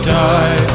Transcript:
die